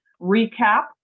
recap